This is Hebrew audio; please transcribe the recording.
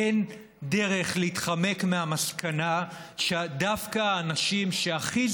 אין דרך להתחמק מהמסקנה שדווקא האנשים שהכי